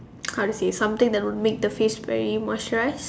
kind of face something that will make the face very moisturize